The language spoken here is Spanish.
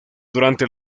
durante